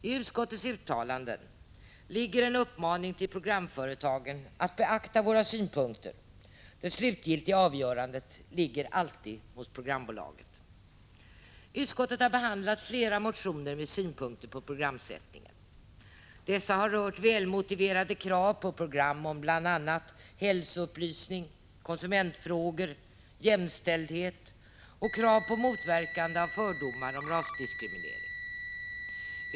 I utskottets uttalande ligger en uppmaning till programföretagen att beakta våra synpunkter — det slutgiltiga avgörandet ligger alltid hos programbolaget. Utskottet har behandlat flera motioner med synpunkter på programsättningen. Dessa har rört välmotiverade krav på program om bl.a. hälsoupplysning, konsumentfrågor, jämställdhet och krav på motverkande av fördomar om rasdiskriminering.